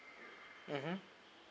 mmhmm